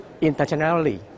internationally